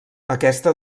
aquesta